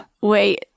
Wait